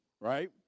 right